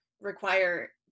require